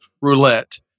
roulette